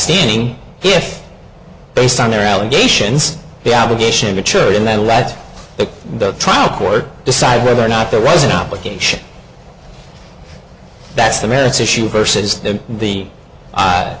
standing here based on their allegations the obligation to church and then let the trial court decide whether or not there was an obligation that's the merits issue versus the